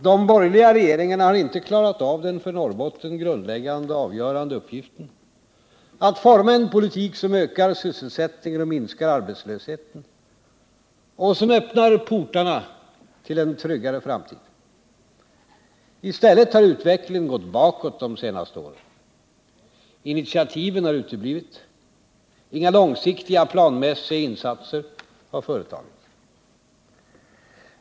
De borgerliga regeringarna har inte klarat av den för Norrbotten grundläggande och avgörande uppgiften att föra en politik som ökar sysselsättningen och minskar arbetslösheten och som öppnar portarna till en tryggare framtid. I stället har utvecklingen gått bakåt de senaste åren. Initiativen har uteblivit. Inga långsiktiga, planmässiga insatser har gjorts.